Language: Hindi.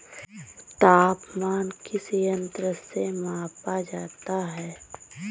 तापमान किस यंत्र से मापा जाता है?